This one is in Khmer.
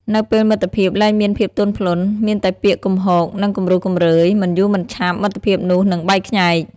នៅពេលមិត្តភាពលែងមានភាពទន់ភ្លន់ មានតែពាក្យគំហក និង គំរោះគំរើយ មិនយូរមិនឆាប់ មិត្តភាពនោះនឹងបែកខ្ញែក។